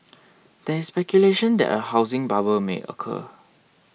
there is speculation that a housing bubble may occur